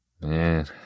man